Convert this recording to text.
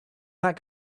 that